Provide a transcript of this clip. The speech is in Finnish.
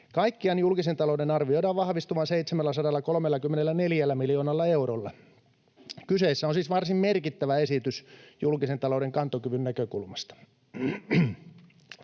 Kaikkiaan julkisen talouden arvioidaan vahvistuvan 734 miljoonalla eurolla. Kyseessä on siis varsin merkittävä esitys julkisen talouden kantokyvyn näkökulmasta.